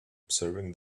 observing